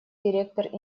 директор